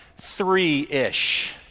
three-ish